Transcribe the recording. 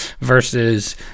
versus